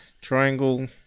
triangle